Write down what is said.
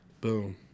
Boom